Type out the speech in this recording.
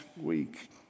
week